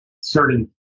certain